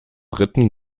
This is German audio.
ritten